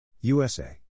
USA